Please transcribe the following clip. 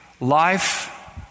life